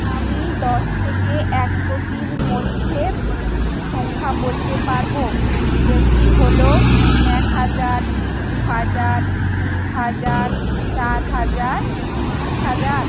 আমি দশ থেকে এক কোটির মধ্যে পাঁচটি সংখ্যা বলতে পারব যেগুলি হল এক হাজার দু হাজার তিন হাজার চার হাজার পাঁচ হাজার